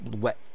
wet